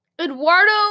Eduardo